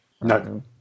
No